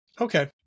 Okay